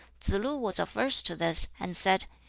tsz-lu was averse to this, and said,